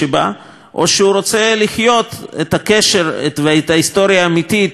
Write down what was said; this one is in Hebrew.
או שהוא רוצה לחיות את הקשר ואת ההיסטוריה האמיתית של עם ישראל,